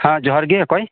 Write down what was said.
ᱦᱮᱸ ᱦᱚᱦᱟᱨ ᱜᱮ ᱚᱠᱚᱭ